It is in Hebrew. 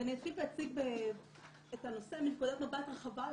אתחיל ואציג את הנושא מנקודת מבט רחבה יותר.